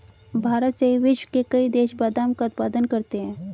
भारत सहित विश्व के कई देश बादाम का उत्पादन करते हैं